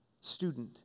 student